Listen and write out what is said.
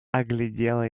оглядела